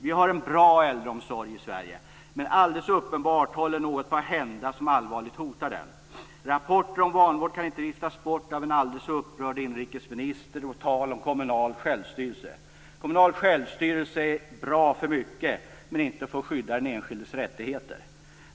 Vi har en bra äldreomsorg i Sverige, men alldeles uppenbart håller något på att hända som allvarligt hotar den. Rapporter om vanvård kan inte viftas bort av en aldrig så upprörd inrikesminister och tal om kommunal självstyrelse. Kommunal självstyrelse är bra för mycket men inte för att skydda den enskildes rättigheter.